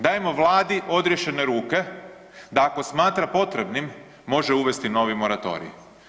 Dajemo Vladi odriješene ruke, da ako smatra potrebnim može uvesti novi moratorij.